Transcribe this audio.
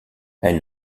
elles